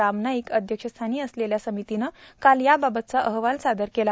राम नाईक अध्यक्षस्थानी असलेल्या समितीने काल यावावतचा अहवाल सादर केला